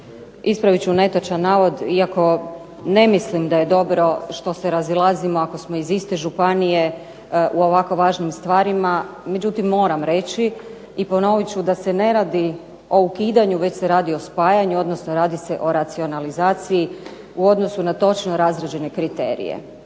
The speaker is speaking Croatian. Ispraviti ću netočan navod iako mislim da nije dobro što se razilazimo ako smo iz iste županije u ovako važnim stvarima, međutim, moram reći i ponoviti ću da se ne radi o ukidanju već se radi o spajanju, radi se o racionalizaciji u odnosu na točno razrađene kriterije.